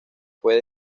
fue